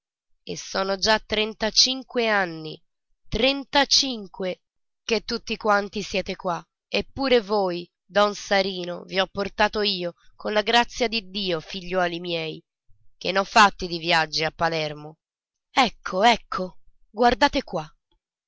e sono già trentacinque anni trentacinque che tutti quanti siete qua e pure voi don sarino vi ho portati io con la grazia di dio figliuoli miei che n'ho fatti di viaggi a palermo ecco ecco guardate qua